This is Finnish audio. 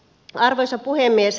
arvoisa puhemies